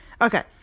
Okay